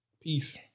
Peace